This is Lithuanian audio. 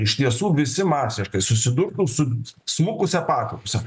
iš tiesų visi masiškai susidurtų su smukusia paklausa